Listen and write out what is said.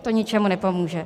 To ničemu nepomůže.